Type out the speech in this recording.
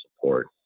support